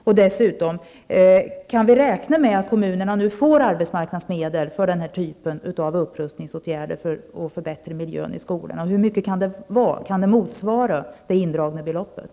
Kan vi dessutom räkna med att kommunerna nu får arbetsmarknadsmedel för denna typ av upprustningsåtgärder för att kunna förbättra miljön i skolorna? Hur mycket kan de medlen motsvara det indragna beloppet?